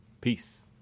peace